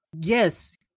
yes